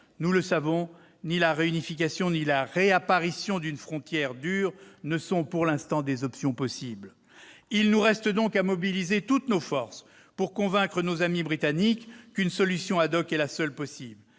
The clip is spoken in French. Nous le savons, ni la réunification ni la réapparition d'une frontière dure ne sont pour l'instant des options possibles. Il nous reste donc à mobiliser toutes nos forces pour convaincre nos amis britanniques qu'une solution est la seule possible.